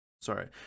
sorry